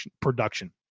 production